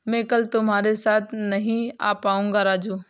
मैं कल तुम्हारे साथ नहीं आ पाऊंगा राजू